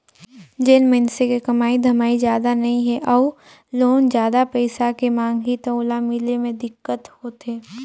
जेन मइनसे के कमाई धमाई जादा नइ हे अउ लोन जादा पइसा के मांग ही त ओला मिले मे दिक्कत होथे